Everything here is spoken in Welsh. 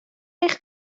eich